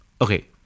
Okay